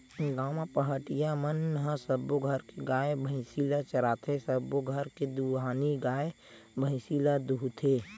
गाँव म पहाटिया मन ह सब्बो घर के गाय, भइसी ल चराथे, सबो घर के दुहानी गाय, भइसी ल दूहथे